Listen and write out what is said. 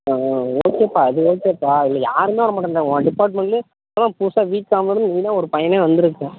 ஆ ஆ ஓகேப்பா அது ஓகேப்பா இல்லை யாருமே வரமாடேட்கிறாங்க உன் டிப்பார்மண்ட்லேயே இப்போதான் புதுசாக பிகாம்லிருந்து நீதான் ஒரு பையனே வந்திருக்க